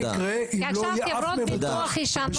מה יקרה אם לא יהיה אף מבוטח בשקל ראשון?